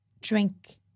drink